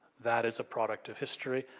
that is a product of history.